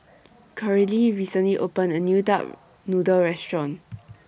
Coralie recently opened A New Duck Noodle Restaurant